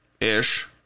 ish